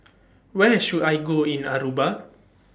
Where should I Go in Aruba